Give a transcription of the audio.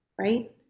right